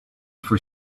for